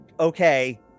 Okay